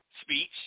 speech